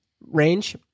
range